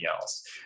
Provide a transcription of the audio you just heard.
else